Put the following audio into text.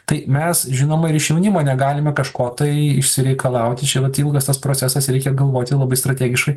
tai mes žinoma ir iš jaunimo negalime kažko tai išsireikalauti čia vat ilgas tas procesas reikia galvoti labai strategiškai